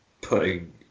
putting